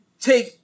take